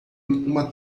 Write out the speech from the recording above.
uma